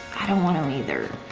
i don't want to either.